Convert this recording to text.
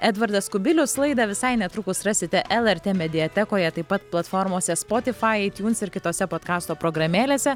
edvardas kubilius laidą visai netrukus rasite lrt mediatekoje taip pat platformose spotifai aitjuns ir kitose podkasto programėlėse